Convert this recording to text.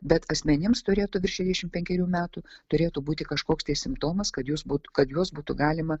bet asmenims turėtų virš šešdešimt penkerių metų turėtų būti kažkoks tai simptomas kad jus būtų kad juos būtų galima